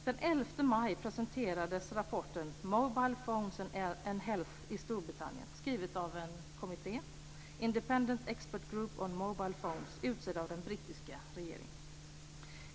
Den 11 maj presenterades rapporten Mobile Phones and Health i Storbritannien, skriven av en kommitté - Independent Expert Group on Mobile Phones - utsedd av den brittiska regeringen.